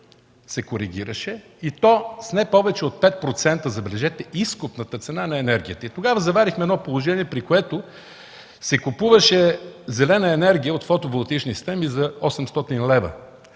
се коригираше и то с не повече от 5%, забележете, изкупната цена на енергията. Тогава заварихме положение, при което се купуваше зелена енергия от фотоволтаични системи за 800 лв.